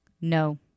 no